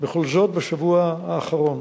בכל זאת, בשבוע האחרון